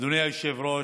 אדוני היושב-ראש,